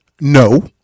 No